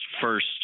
first